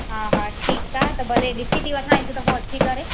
हा हा ठीकु आहे त भले ॾिसी थी वठां हिक दफ़ो अची करे